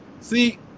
See